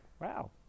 wow